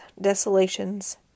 desolations